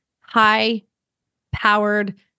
high-powered